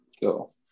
go